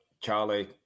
Charlie